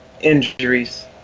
injuries